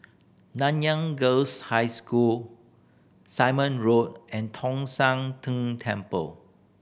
Nanyang Girls' High School Simon Road and Tong Sian Tng Temple